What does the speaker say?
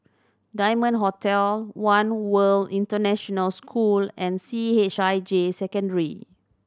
Diamond Hotel One World International School and C H I J Secondary